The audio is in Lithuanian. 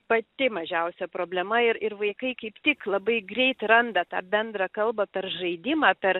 pati mažiausia problema ir ir vaikai kaip tik labai greit randa tą bendrą kalbą per žaidimą per